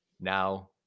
now